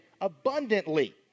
abundantly